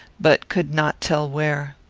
but could not tell where.